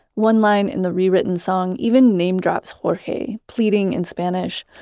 one line in the re-written song even name drops jorge pleading in spanish,